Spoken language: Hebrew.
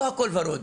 לא הכול ורוד.